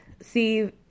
see